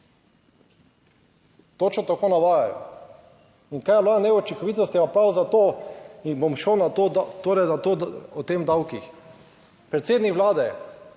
Točno tako navajajo. In kaj vladna neučinkovitost je pa prav to in bom šel na to, torej, da o teh davkih. Predsednik Vlade